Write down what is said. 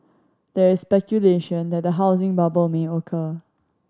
there is speculation that the housing bubble may occur